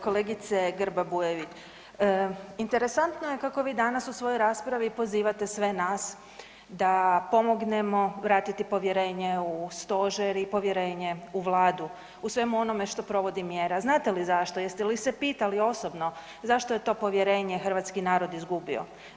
Kolegice Grba Bujević, interesantno je kako vi danas u svojoj raspravi pozivate sve nas da pomognemo vratiti povjerenje u stožer i povjerenje u Vladu u svemu onome što provodi mjere, a znate li zašto, jeste li se pitali osobno zašto je to povjerenje hrvatski narod izgubio.